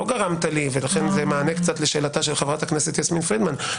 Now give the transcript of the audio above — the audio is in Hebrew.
לא גרמת לי ולכן זה מענה קצת לשאלתה של חברת הכנסת יסמין פרידמן,